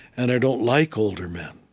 and i don't like older men.